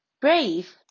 brave